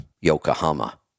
Yokohama